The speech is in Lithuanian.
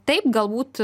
taip galbūt